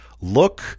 look